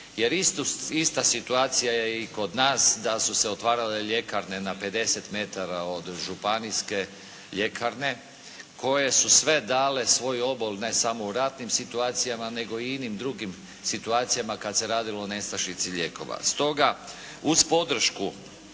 Jer ista situacija je i kod nas da su se otvarale ljekarne na 50 metara od županijske ljekarne koje su sve dale svoj obol ne samo u ratnim situacijama, nego i inim drugim situacijama kad se radilo o nestašici lijekova.